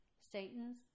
Satan's